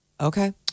Okay